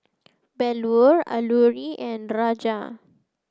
Bellur Alluri and Raja